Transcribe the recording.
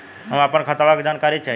हम अपने खतवा क जानकारी चाही?